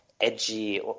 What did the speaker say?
edgy